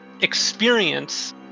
experience